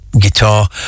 guitar